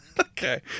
Okay